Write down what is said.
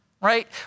right